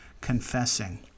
confessing